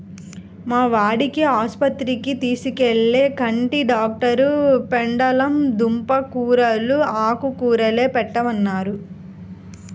మా వాడిని ఆస్పత్రికి తీసుకెళ్తే, కంటి డాక్టరు పెండలం దుంప కూరలూ, ఆకుకూరలే పెట్టమన్నారు